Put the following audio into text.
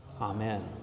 Amen